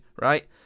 right